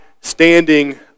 standing